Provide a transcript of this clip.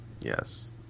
Yes